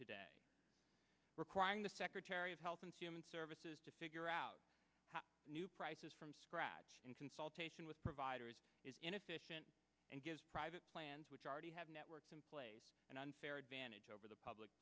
today requiring the secretary of health and human services to figure out how new prices from scratch and consulting with providers is inefficient and gives private plans which already have networks in place an unfair advantage over the public